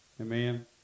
Amen